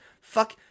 Fuck